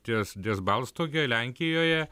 ties ties balstogę lenkijoje